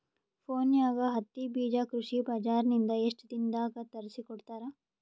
ಫೋನ್ಯಾಗ ಹತ್ತಿ ಬೀಜಾ ಕೃಷಿ ಬಜಾರ ನಿಂದ ಎಷ್ಟ ದಿನದಾಗ ತರಸಿಕೋಡತಾರ?